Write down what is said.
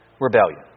Rebellion